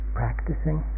practicing